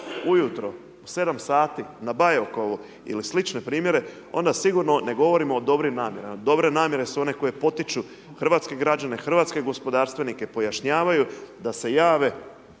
ujutro u 7 sati na Bajakovo ili slične primjere onda sigurno ne govorimo o dobrim namjerama, dobre namjere su one koje potiču hrvatske građane, hrvatske gospodarstvenike, pojašnjavaju da se jave